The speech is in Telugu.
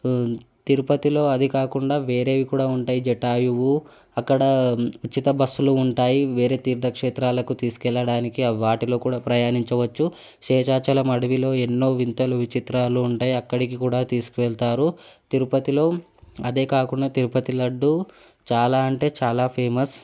తిరుపతిలో అదికాకుండా వేరేవి కూడా ఉంటాయి జటాయువు అక్కడ ఉచిత బస్సులు ఉంటాయి వేరే తీర్థ క్షేత్రాలకు తీసుకెళ్ళడానికి ఆ వాటిలో కూడా ప్రయాణించవచ్చు శేషాచలం అడవిలో ఎన్నో వింతలు విచిత్రాలు ఉంటాయి అక్కడికి కూడా తీసుకువెళతారు తిరుపతిలో అదేకాకుండా తిరుపతి లడ్డు చాలా అంటే చాలా ఫేమస్